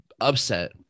upset